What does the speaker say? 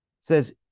says